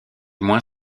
moins